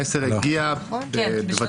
המסר הגיע בוודאות.